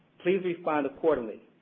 please respond accordingly.